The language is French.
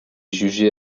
jugé